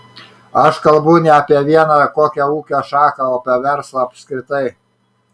aš kalbu ne apie vieną kokią ūkio šaką o apie verslą apskritai